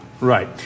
Right